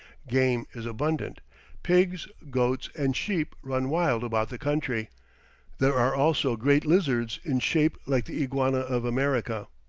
game is abundant pigs, goats, and sheep run wild about the country there are also great lizards in shape like the iguana of america.